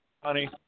Honey